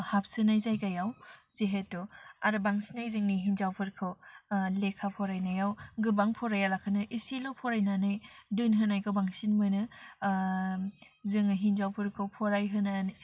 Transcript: हाबसोनाय जायगायाव जिहेथु आरो बांसिनै जोंनि हिन्जावफोरखौ लेखा फरायनायाव गोबां फरायालाखैनो एसेल' फरायनानै दोनहोनायखौ बांसिन मोनो जोङो हिन्जावफोरखौ फरायहोनाय